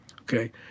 Okay